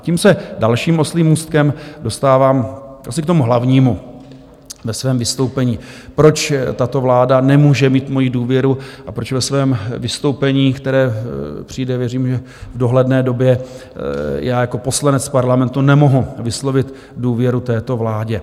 Tím se dalším oslím můstkem dostávám asi k tomu hlavnímu ve svém vystoupení, proč tato vláda nemůže mít moji důvěru a proč ve svém vystoupení, které přijde, věřím, že v dohledné době, já jako poslanec Parlamentu nemohu vyslovit důvěru této vládě.